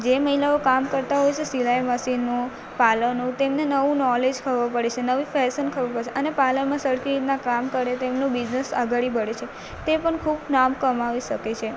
જે મહિલાઓ કામ કરતાં હોય છે સિલાઈ મશીનનું પાર્લરનું તેમને નવું નોલેજ ખબર પડે છે નવી ફેશન ખબર પડે છે અને પાર્લરમાં સરખી રીતનાં કામ કરે તો એમનું બીજનસ આગળ વધે છે તે પણ ખૂબ નામ કમાવી શકે છે